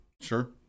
Sure